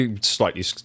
slightly